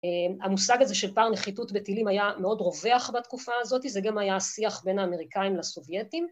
המושג הזה של פער נחיתות בטילים היה מאוד רווח בתקופה הזאת, זה גם היה שיח בין האמריקאים לסובייטים.